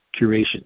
curation